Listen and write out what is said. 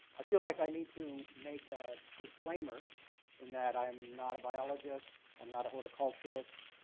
i feel like i need to make a disclaimer in that i am not a biologist. i'm not a horticulturist.